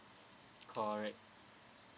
correct